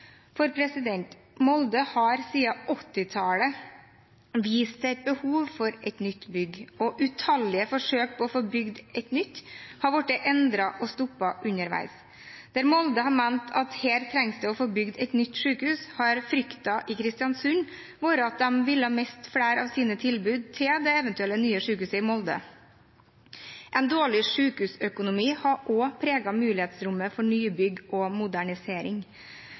Molde har siden 1980-tallet vist til et behov for et nytt bygg, og utallige forsøk på å få bygd et nytt har blitt endret og stoppet underveis. Der Molde har ment at her trengs det å få bygd et nytt sykehus, har frykten i Kristiansund vært at de ville miste flere av sine tilbud til det eventuelle nye sykehuset i Molde. En dårlig sykehusøkonomi har også preget mulighetsrommet for nybygg og modernisering,